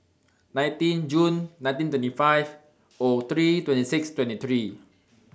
nineteen Jun nineteen twenty five O three twenty six twenty three